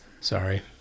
Sorry